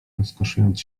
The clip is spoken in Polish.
rozkoszując